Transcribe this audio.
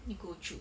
nicole choo